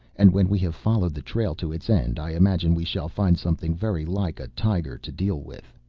and when we have followed the trail to its end, i imagine we shall find something very like a tiger to deal with.